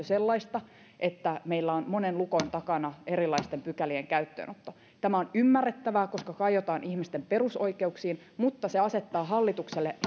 sellaista että meillä on monen lukon takana erilaisten pykälien käyttöönotto tämä on ymmärrettävää koska kajotaan ihmisten perusoikeuksiin mutta se asettaa hallitukselle